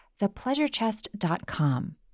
thepleasurechest.com